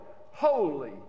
holy